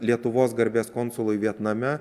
lietuvos garbės konsului vietname